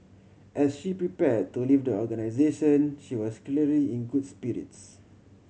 as she prepare to leave the organisation she was clearly in good spirits